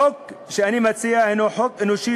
החוק שאני מציע הוא חוק אנושי,